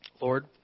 Lord